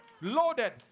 loaded